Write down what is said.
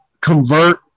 convert